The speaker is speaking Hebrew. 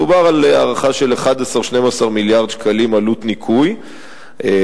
מדובר על הערכה של 11 12 מיליארד שקלים עלות ניקוי הקרקע,